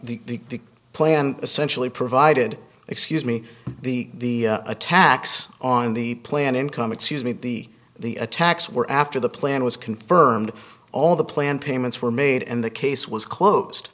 the plan essentially provided excuse me the attacks on the plan income excuse me the the attacks were after the plan was confirmed all the plan payments were made and the case was closed